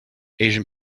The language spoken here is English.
asian